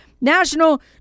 national